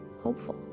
hopeful